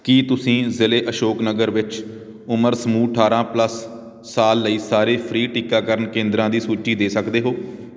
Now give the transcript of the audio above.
ਕੀ ਤੁਸੀਂ ਜ਼ਿਲ੍ਹੇ ਅਸ਼ੋਕ ਨਗਰ ਵਿੱਚ ਉਮਰ ਸਮੂਹ ਅਠਾਰਾਂ ਪਲੱਸ ਸਾਲ ਲਈ ਸਾਰੇ ਫ੍ਰੀ ਟੀਕਾਕਰਨ ਕੇਂਦਰਾਂ ਦੀ ਸੂਚੀ ਦੇ ਸਕਦੇ ਹੋ